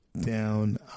down